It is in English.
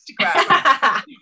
Instagram